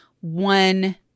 one